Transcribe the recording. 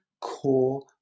core